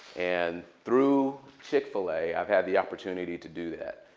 and through chick-fil-a, i've had the opportunity to do that.